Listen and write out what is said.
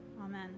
Amen